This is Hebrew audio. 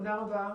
תודה רבה.